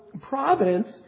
providence